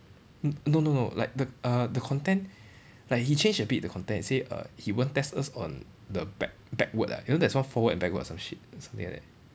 n~ no no no like the uh the content like he change a bit the content he say err he won't test us on the back backward ah you know there's one foreword and backward or some shit something like that